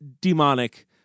demonic